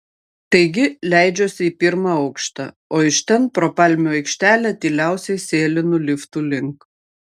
taigi leidžiuosi į pirmą aukštą o iš ten pro palmių aikštelę tyliausiai sėlinu liftų link